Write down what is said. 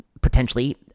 potentially